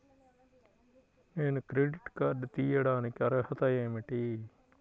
నేను credit card తీయడానికి అర్హత ఏమిటి?